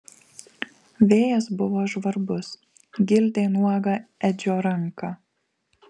vėjas buvo žvarbus gildė nuogą edžio ranką